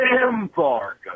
Embargo